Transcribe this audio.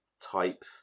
type